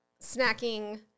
snacking